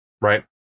Right